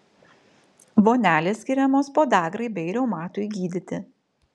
vonelės skiriamos podagrai bei reumatui gydyti